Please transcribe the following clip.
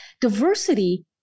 Diversity